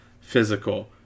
Physical